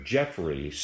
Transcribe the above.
Jeffrey